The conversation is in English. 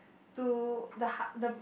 to the ha~ the